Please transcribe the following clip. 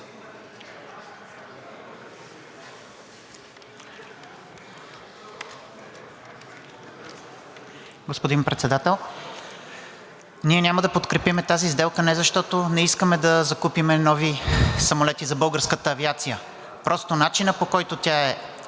Господин Председател, ние няма да подкрепим тази сделка не защото не искаме да закупим нови самолети за българската авиация, но просто начинът, по който тя е